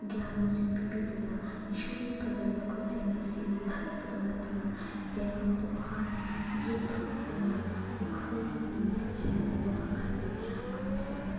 ꯒ꯭ꯌꯥꯟ ꯂꯧꯁꯤꯡ ꯄꯤꯕꯤꯗꯨꯅ ꯏꯁꯣꯔꯒꯤ ꯐꯖꯔꯕ ꯈꯨꯠꯁꯦꯝ ꯑꯁꯤꯕꯨ ꯊꯥꯒꯠꯄꯗ ꯅꯠꯇꯅ ꯍꯦꯟꯅ ꯃꯄꯨꯡ ꯐꯥꯅ ꯌꯦꯛꯊꯣꯛꯇꯨꯅ ꯑꯩꯈꯣꯏꯒꯤ ꯃꯤꯠꯁꯤꯅ ꯎꯕ ꯐꯪꯍꯜꯂꯤ ꯑꯃꯁꯨꯡ